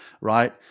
right